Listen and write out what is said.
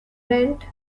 rent